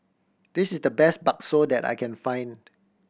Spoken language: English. this is the best bakso that I can find